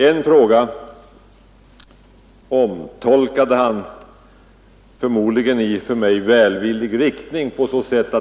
En fråga omtolkade han i en som han förmodligen ansåg för mig välvillig riktning.